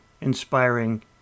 inspiring